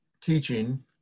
teaching